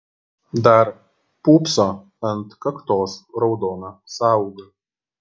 dar pūpso ant kaktos raudona sąauga